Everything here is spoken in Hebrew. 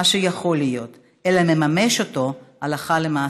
מה שיכול להיות, אלא מממש אותו הלכה למעשה.